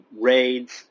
raids